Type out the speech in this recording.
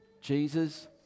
Jesus